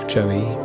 Joey